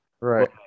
Right